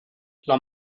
los